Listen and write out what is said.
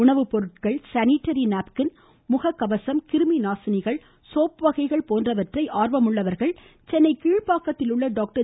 உணவுப்பொருட்கள் sanitary napkin முக கவசம் கிருமி நாசினிகள் சோப் வகைகள் போன்றவற்றை ஆர்வமுள்ளவர்கள் சென்னை கீழ்ப்பாக்கத்தில் உள்ள டாக்டர்